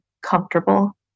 comfortable